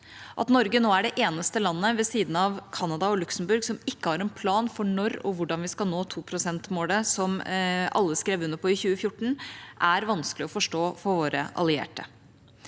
At Norge nå er det eneste landet ved siden av Canada og Luxembourg som ikke har en plan for når og hvordan vi skal nå 2-prosentmålet, som alle skrev under på i 2014, er vanskelig å forstå for våre allierte.